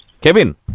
Kevin